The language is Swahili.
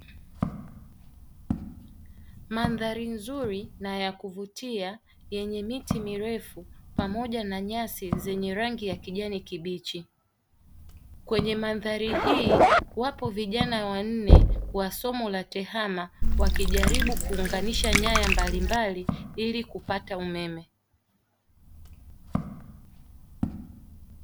Mandhari nzuri nayakuvutia yenye miti mirefu pamoja na nyasi zenye rangi ya kijani kibichi, kwenye mandhari hii wapo vijana wanne wasomo la tehama wakijaribu kuunganisha nyaya mbalimbali ili kupata umeme.